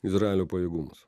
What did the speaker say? izraelio pajėgumus